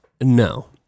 No